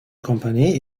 company